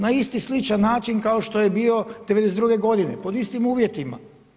Na isti sličan način kao što je bio '92. godine, pod istim uvjetima.